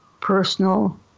personal